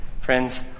friends